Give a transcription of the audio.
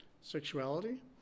sexuality